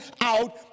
out